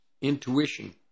intuition